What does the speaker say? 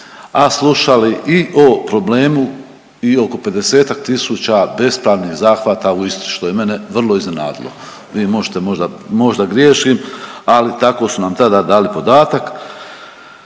a slušali i o problemu i oko 50 tisuća bespravnih zahvata u Istri što je mene vrlo iznenadilo. Vi možete možda, možda griješim ali tako su nam tada dali podatak.